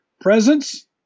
Presence